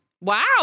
Wow